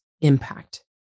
impact